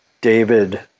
David